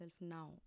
now